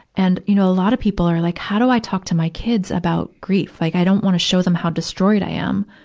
and, you know, a lot of people are like how do i talk to me kids about grief? like i don't want to show them how destroyed i am.